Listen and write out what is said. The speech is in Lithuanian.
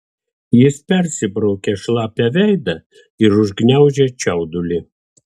jis persibraukė šlapią veidą ir užgniaužė čiaudulį